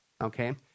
okay